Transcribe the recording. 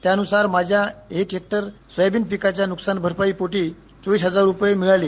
त्यानुसा माझ्या एक hectare soybean पीकाच्या नुकसान भरपाई पोटी चोविस हजार रुपये मिळाले